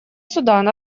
судан